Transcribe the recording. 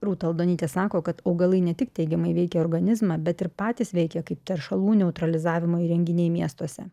rūta aldonytė sako kad augalai ne tik teigiamai veikia organizmą bet ir patys veikia kaip teršalų neutralizavimo įrenginiai miestuose